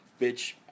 bitch